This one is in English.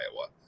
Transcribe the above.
Iowa